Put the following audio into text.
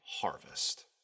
harvest